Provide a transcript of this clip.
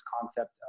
concept